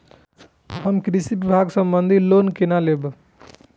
हम कृषि विभाग संबंधी लोन केना लैब?